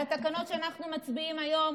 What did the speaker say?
התקנות שאנחנו מצביעים עליהן היום,